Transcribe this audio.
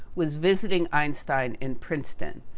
was visiting einstein in princeton,